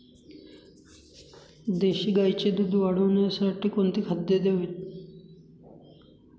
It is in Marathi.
देशी गाईचे दूध वाढवण्यासाठी कोणती खाद्ये द्यावीत?